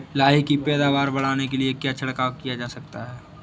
लाही की पैदावार बढ़ाने के लिए क्या छिड़काव किया जा सकता है?